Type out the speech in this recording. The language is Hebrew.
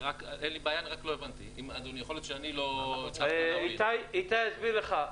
איתי יסביר לך.